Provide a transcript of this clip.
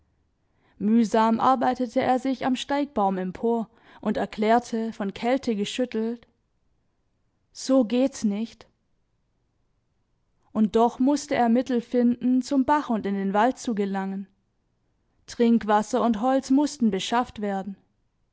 mühsam arbeitete er sich am steigbaum empor und erklärte von kälte geschüttelt so geht's nicht und doch mußte er mittel finden zum bach und in den wald zu gelangen trinkwasser und holz mußten beschafft werden